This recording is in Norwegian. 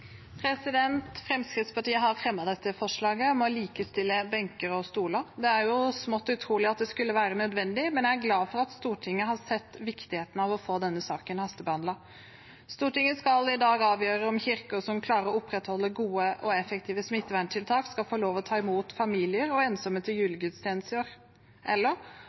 stoler. Det er smått utrolig at det skulle være nødvendig, men jeg er glad for at Stortinget har sett viktigheten av å få denne saken hastebehandlet. Stortinget skal i dag avgjøre om kirker som klarer å opprettholde gode og effektive smitteverntiltak, skal få lov til å ta imot familier og ensomme til julegudstjenester, eller